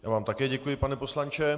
Já vám také děkuji, pane poslanče.